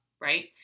right